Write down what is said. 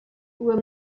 were